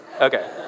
Okay